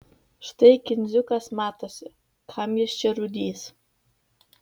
štai kindziukas matosi kam jis čia rūdys